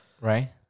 Right